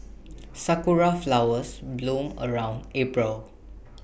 Sakura Flowers bloom around April